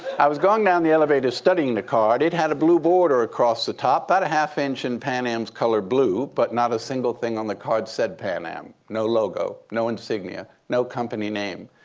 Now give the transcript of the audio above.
i was going down the elevator studying the card. it had a blue border across the top, about a half inch in pan am's color blue, but not a single thing on the card said pan-am no logo, no insignia, no company name.